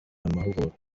mahugurwa